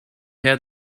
had